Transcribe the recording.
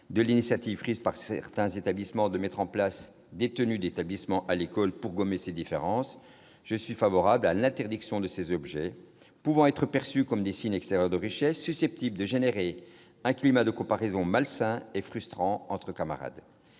de l'initiative prise par certains établissements d'instaurer des tenues obligatoires afin de gommer ces différences, je suis favorable à l'interdiction de ces appareils, pouvant être perçus comme des signes extérieurs de richesse, susceptibles de créer un climat de comparaison malsain et frustrant entre camarades.